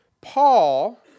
Paul